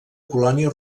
colònia